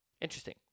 Interesting